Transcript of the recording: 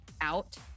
out